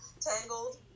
Tangled